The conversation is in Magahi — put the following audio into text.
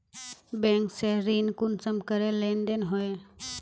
बैंक से ऋण कुंसम करे लेन देन होए?